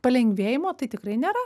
palengvėjimo tai tikrai nėra